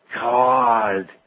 God